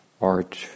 art